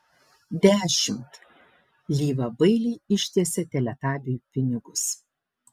dešimt lyva bailiai ištiesė teletabiui pinigus